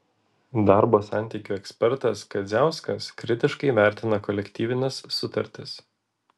darbo santykių ekspertas kadziauskas kritiškai vertina kolektyvines sutartis